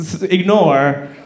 ignore